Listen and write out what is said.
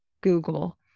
google